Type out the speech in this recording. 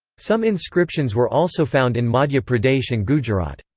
some inscriptions were also found in madhya pradesh and gujarat.